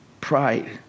pride